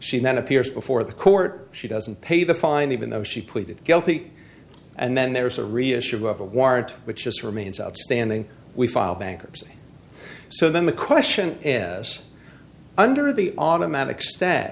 then appears before the court she doesn't pay the fine even though she pleaded guilty and then there's a reissue of a warrant which just remains outstanding we file bankruptcy so then the question is under the automatic sta